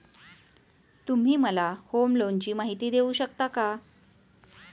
तुम्ही मला होम लोनची माहिती देऊ शकता का?